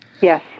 Yes